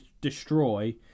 destroy